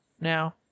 now